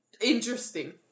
interesting